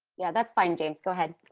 yeah, that's fine. james, go ahead.